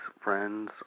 friends